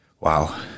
wow